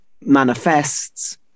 manifests